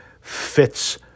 fits